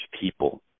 people